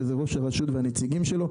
שזה ראש הרשות והנציגים שלו.